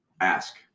Ask